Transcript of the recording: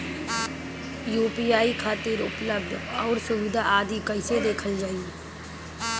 UPI खातिर उपलब्ध आउर सुविधा आदि कइसे देखल जाइ?